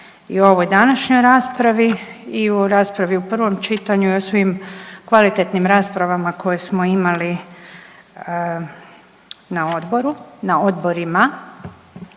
i u ovoj današnjoj raspravi i u raspravi u prvom čitanju i u svim kvalitetnim raspravama koje smo imali na odboru,